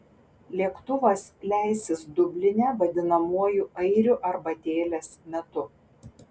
lėktuvas leisis dubline vadinamuoju airių arbatėlės metu